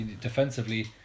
defensively